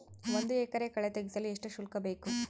ಒಂದು ಎಕರೆ ಕಳೆ ತೆಗೆಸಲು ಎಷ್ಟು ಶುಲ್ಕ ಬೇಕು?